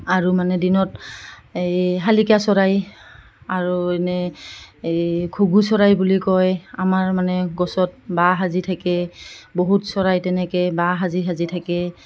আৰু মানে দিনত এই শালিকা চৰাই আৰু এনে এই ঘুগু চৰাই বুলি কয় আমাৰ মানে গছত বাঁহ সাজি থাকে বহুত চৰাই তেনেকৈ বাঁহ সাজি সাজি থাকে